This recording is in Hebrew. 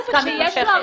הסכמנו על עסקה מתמשכת